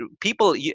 people